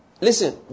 Listen